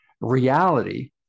reality